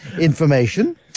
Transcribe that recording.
information